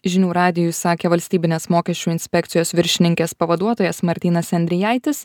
žinių radijui sakė valstybinės mokesčių inspekcijos viršininkės pavaduotojas martynas endrijaitis